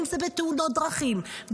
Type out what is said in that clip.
אם זה בתאונות דרכים,